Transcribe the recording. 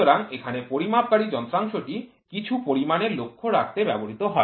সুতরাং এখানে পরিমাপকারী যন্ত্রাংশটি কিছু পরিমাণের লক্ষ্য রাখতে ব্যবহৃত হয়